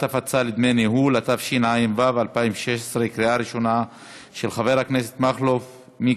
בתוכנית חדשה של משרד הבריאות ומחסור בעובדים סיעודיים